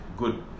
Good